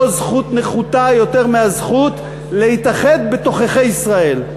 זכות נחותה יותר מהזכות להתאחד בתוככי ישראל.